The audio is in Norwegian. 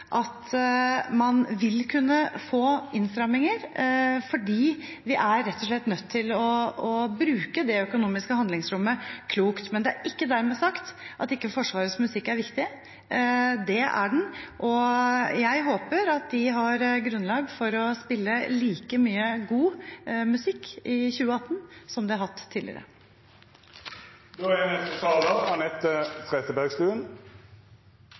at man vil kunne få innstramninger, rett og slett fordi vi er nødt til å bruke det økonomiske handlingsrommet klokt. Men det er ikke dermed sagt at Forsvarets musikk ikke er viktig. Det er den, og jeg håper at de har grunnlag for å spille like mye god musikk i 2018 som de har hatt tidligere. Dermed er replikkordskiftet omme. Vi behandler nå det